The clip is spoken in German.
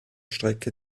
strecke